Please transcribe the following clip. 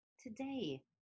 today